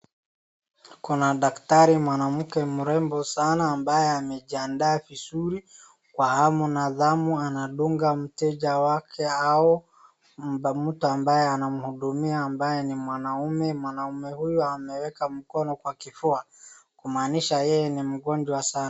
Kuna daktari mwanamke mrembo sana ambaye amejiandaa vizuri, kwa hamu na ghamu, anadunga mteja wake au mtu ambaye anamhudumia ambaye ni mwanaume, mwanaume huyu ameweka mkono kwa kifua kumaanisha yeye ni mgonjwa sana.